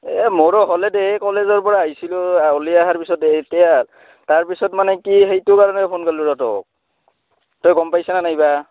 এই মোৰো হ'লে দে এই কলেজৰপৰা আহিছিলোঁ ওলি আহাৰ পিছতে এতিয়া তাৰপিছত মানে কি সেইটো কাৰণে ফোন কৰলোঁ ৰ তোক তই গম পাইছা নে নাই বা